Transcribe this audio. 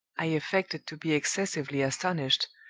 i affected to be excessively astonished,